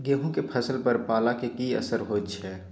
गेहूं के फसल पर पाला के की असर होयत छै?